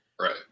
Right